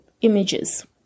images